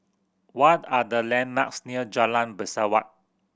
what are the landmarks near Jalan Pesawat